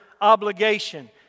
obligation